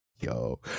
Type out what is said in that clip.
Yo